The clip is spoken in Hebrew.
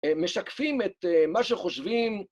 הם משקפים את מה שחושבים.